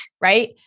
right